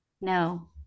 no